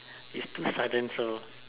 is too sudden so